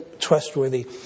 trustworthy